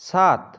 সাত